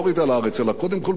אלא קודם כול מידיעה